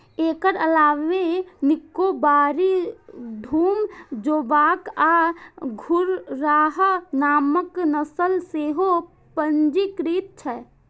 एकर अलावे निकोबारी, डूम, जोवॉक आ घुर्राह नामक नस्ल सेहो पंजीकृत छै